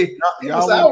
y'all